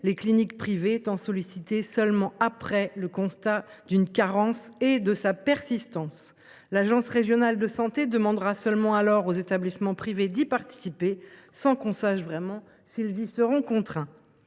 les cliniques privées étant sollicitées seulement après le constat d’une carence et de sa persistance. Ce n’est qu’alors que l’ARS demandera aux établissements privés d’y participer, sans qu’on sache vraiment s’ils y seront contraints.